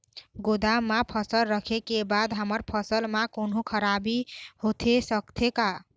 गोदाम मा फसल रखें के बाद हमर फसल मा कोन्हों खराबी होथे सकथे का?